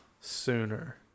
sooner